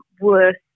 worth